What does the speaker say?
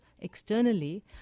externally